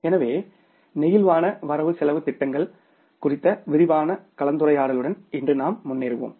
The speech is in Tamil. எனவே நெகிழ்வான வரவு செலவுத் திட்டங்கள் குறித்த விரிவான கலந்துரையாடலுடன் இன்று நாம் முன்னேறுவோம்